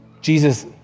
Jesus